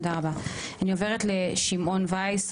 אני עוברת לשמעון וייס,